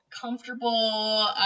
comfortable